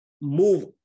move